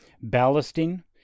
ballasting